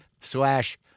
slash